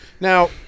Now